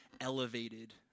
elevated